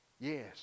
Yes